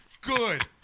good